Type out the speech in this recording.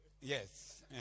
yes